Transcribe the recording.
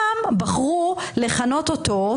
חבר הכנסת ולדימיר בליאק, אני קורא אותך לסדר.